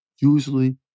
usually